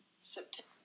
September